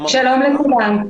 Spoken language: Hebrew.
שלום לכולם.